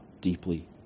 deeply